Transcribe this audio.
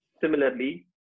similarly